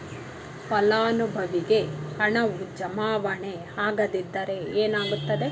ಫಲಾನುಭವಿಗೆ ಹಣವು ಜಮಾವಣೆ ಆಗದಿದ್ದರೆ ಏನಾಗುತ್ತದೆ?